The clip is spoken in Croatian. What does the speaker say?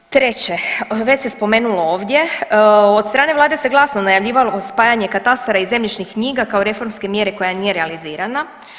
Treće, već se spomenulo ovdje, od strane vlade se glasno najavljivao spajanje katastara i zemljišnih knjiga kao reformske mjere koja nije realizirana.